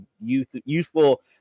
youthful